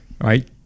right